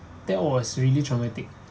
that was really traumatic